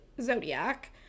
Zodiac